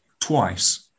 twice